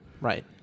Right